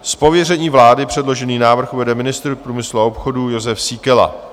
Z pověření vlády předložený návrh uvede ministr průmyslu a obchodu Jozef Síkela.